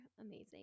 amazing